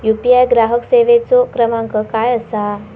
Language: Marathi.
यू.पी.आय ग्राहक सेवेचो क्रमांक काय असा?